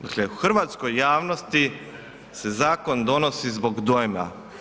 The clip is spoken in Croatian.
Dakle, hrvatskoj javnosti se zakon donosi zbog dojma.